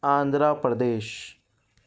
Andhra Pradesh